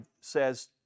says